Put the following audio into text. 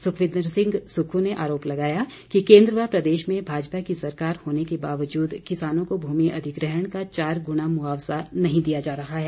सुखविंदर सिंह सुक्खू ने आरोप लगाया कि केन्द्र व प्रदेश में भाजपा की सरकार होने के बावजूद किसानों को भूमि अधिग्रहण का चार गुणा मुआवजा नहीं दिया जा रहा है